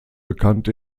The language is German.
bekannt